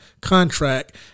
contract